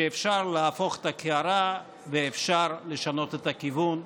שאפשר להפוך את הקערה ואפשר לשנות את הכיוון,